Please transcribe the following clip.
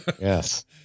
Yes